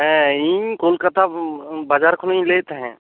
ᱦᱮᱸ ᱤᱧ ᱠᱚᱞᱠᱟᱛᱟ ᱵᱟᱡᱟᱨ ᱠᱷᱚᱱ ᱤᱧ ᱞᱟᱹᱭᱮ ᱮᱫ ᱛᱟᱦᱮᱸᱫ